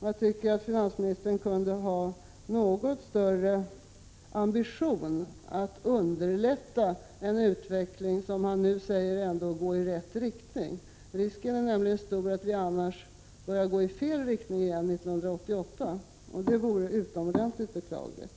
Jag tycker att finansministern kunde ha något större ambition att underlätta en utveckling som man nu säger ändå går i rätt riktning. Risken är nämligen stor att den annars börjar gå i fel riktning igen 1988, och det vore utomordentligt beklagligt.